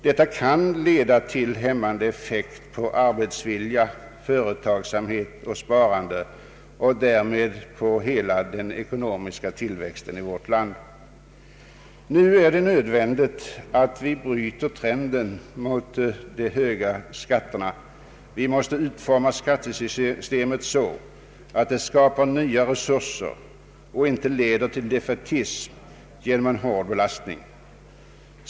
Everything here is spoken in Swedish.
Detta kan få hämmande effekter på arbetsvilja, företagsamhet och sparande och därmed på hela den ekonomiska tillväxten i samhället. Nu är det nödvändigt att vi bryter trenden mot alltför höga skatter. Vi måste utforma skattesystemet så, att det skapar nya resurser och inte leder till defaitism genom en hård belastning.